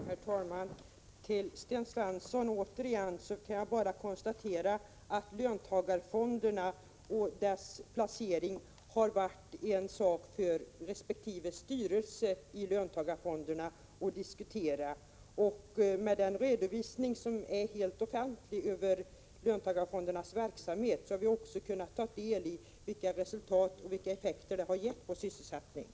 Herr talman! Jag kan återigen bara konstatera att löntagarfonderna och deras placeringar har varit en sak för styrelsen för resp. fond att diskutera. I redovisningen av löntagarfondernas verksamhet, som är helt offentlig, har vi kunnat ta del av vilka effekter det har givit på sysselsättningen.